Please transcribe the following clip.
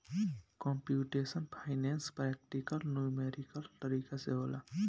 computational finance practical numerical तरीका से होला